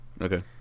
Okay